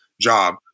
job